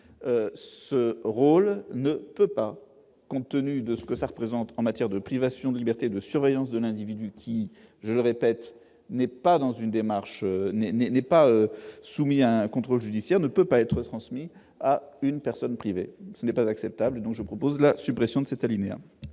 ce rôle ne peut pas, compte tenu de ce que ça représente en matière de privation de liberté, de surveillance de l'individu qui, je le répète, n'est pas dans une démarche n'est pas soumis à un contrôle judiciaire ne peut pas être transmis à une personne privée, ce n'est pas acceptable, donc je propose la suppression de cet alinéa.